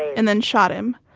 and then shot him.